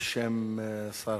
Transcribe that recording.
בשם שר